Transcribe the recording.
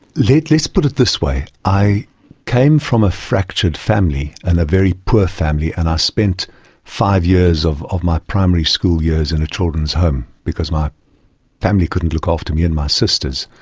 let's put it this way, i came from a fractured family and a very poor family and i spent five years of of my primary school years in a children's home because my family couldn't look after me and my sisters.